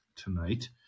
tonight